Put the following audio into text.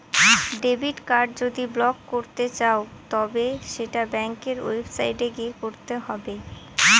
debit card যদি block করতে চাও তবে সেটা ব্যাঙ্কের ওয়েবসাইটে গিয়ে করতে হবে